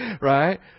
Right